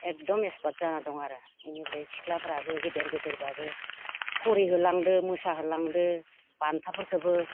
एखदम एक्सपार्ट जाना दं आरो इनिफ्राय सिख्लाफ्राबो गेदेर गेदेरब्लाबो फरिहोलांदो मोसाहोलांदो बान्थाफोरखोबो